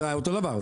זה אותו דבר.